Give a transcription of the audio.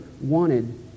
wanted